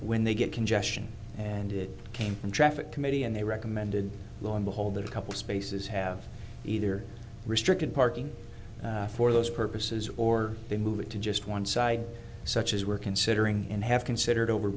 when they get congestion and it came from traffic committee and they recommended lo and behold a couple spaces have either restricted parking for those purposes or they move to just one side such as we're considering and have considered over